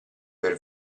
per